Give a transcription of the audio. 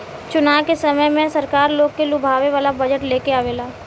चुनाव के समय में सरकार लोग के लुभावे वाला बजट लेके आवेला